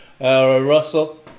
Russell